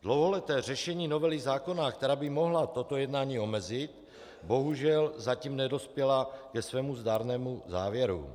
Dlouholeté řešení novely zákona, která by mohla toto jednání omezit, bohužel zatím nedospělo ke svému zdárnému závěru.